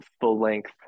full-length